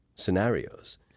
scenarios